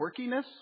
quirkiness